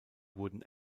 wurden